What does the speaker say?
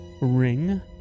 ring